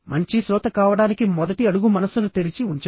మంచి శ్రోత కావడానికి మొదటి అడుగు మనస్సును తెరిచి ఉంచడం